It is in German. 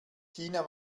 tina